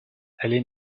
allez